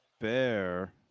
bear